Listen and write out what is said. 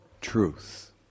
Truth